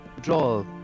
draw